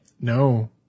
No